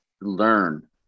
learn